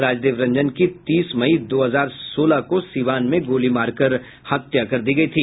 राजदेव रंजन की तीस मई दो हजार सोलह को सीवान में गोली मारकर हत्या कर दी गयी थी